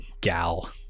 Gal